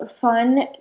fun